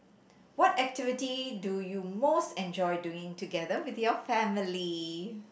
what activity do you most enjoy doing together with your family